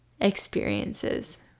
experiences